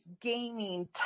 gaming